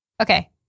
okay